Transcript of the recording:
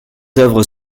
œuvres